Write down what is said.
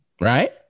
right